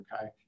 Okay